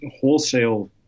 wholesale